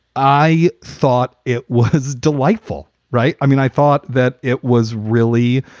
i thought it was delightful, right? i mean, i thought that it was really,